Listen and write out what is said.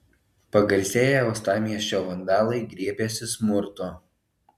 pagarsėję uostamiesčio vandalai griebėsi smurto